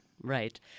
Right